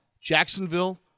Jacksonville